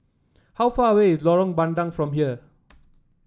how far away is Lorong Bandang from here